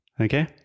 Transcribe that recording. Okay